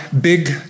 big